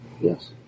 Yes